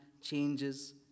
changes